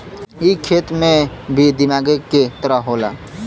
ई देखे मे भी दिमागे के तरह होला